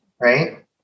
right